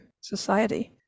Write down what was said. society